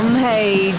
Hey